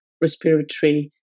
respiratory